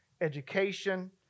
education